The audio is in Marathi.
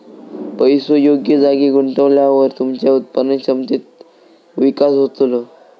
पैसो योग्य जागी गुंतवल्यावर तुमच्या उत्पादन क्षमतेत विकास होतलो